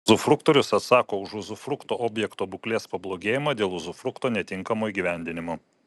uzufruktorius atsako už uzufrukto objekto būklės pablogėjimą dėl uzufrukto netinkamo įgyvendinimo